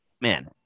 man